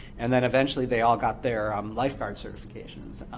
and then eventually they all got their um lifeguard certifications,